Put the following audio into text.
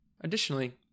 Additionally